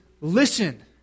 listen